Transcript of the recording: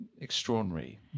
extraordinary